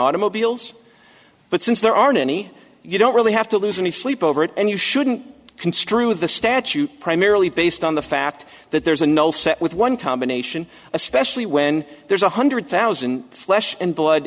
automobiles but since there aren't any you don't really have to lose any sleep over it and you shouldn't construe the statute primarily based on the fact that there's a null set with one combination especially when there's one hundred thousand flesh and blood